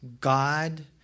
God